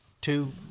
two